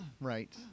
Right